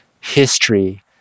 history